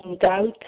doubt